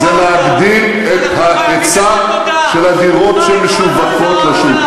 זה להגדיל את ההיצע של הדירות שמשווקות לשוק.